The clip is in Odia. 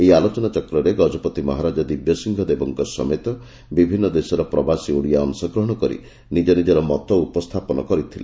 ଏହି ଆଲୋଚନାଚକ୍ରରେ ଗଜପତି ମହାରାଜା ଦିବସିଂହଦେବଙ୍କ ସମେତ ବିଭିନ୍ନ ଦେଶର ପ୍ରବାସୀ ଓଡ଼ିଆ ଅଂଶଗ୍ରହଣ କରି ନିଜନିଜର ମତ ଉପସ୍ଜାପନ କରିଥିଲେ